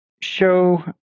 show